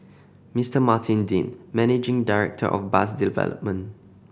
Mister Martin Dean managing director of bus development